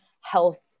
health